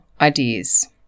ideas